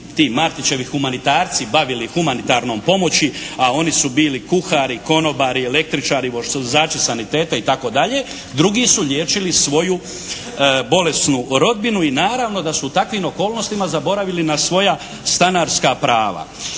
ti Martićevi humanitarci bavili humanitarnom pomoći, a oni su bili kuhari, konobari, električari, …/Govornik se ne razumije./… saniteta itd., drugi su liječili svoju bolesnu rodbinu i naravno da su u takvim okolnostima zaboravili na svoja stanarska prava.